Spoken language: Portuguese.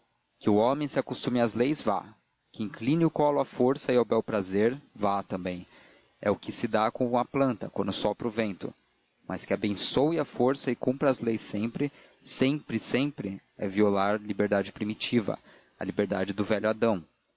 que o homem se acostume às leis vá que incline o colo à força e ao bel prazer vá também é o que se dá com a planta quando sopra o vento mas que abençoe a força e cumpra as leis sempre sempre sempre é violar a liberdade primitiva a liberdade do velho adão